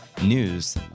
News